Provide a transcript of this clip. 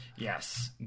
Yes